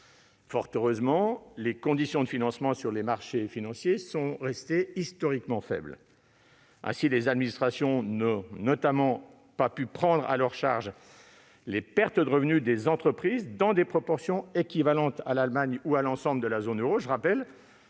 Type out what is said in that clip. Fort heureusement, les conditions de financement sur les marchés financiers sont restées historiquement favorables. Ainsi, les administrations n'ont pas pu prendre à leur compte les pertes de revenus des entreprises dans des proportions équivalentes à celles qu'a supportées l'Allemagne ou l'ensemble de la zone euro.